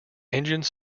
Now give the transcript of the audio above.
engine